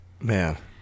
man